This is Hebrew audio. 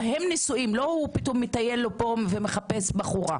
הם נשואים, ולא שהוא מטייל פה ומחפש בחורה.